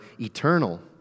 eternal